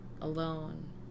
alone